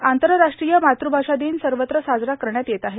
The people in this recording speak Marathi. आज आंतरराष्ट्रीय मातृभाषा दिन सर्वत्र साजरा करण्यात येत आहे